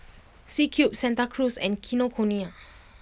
C Cube Santa Cruz and Kinokuniya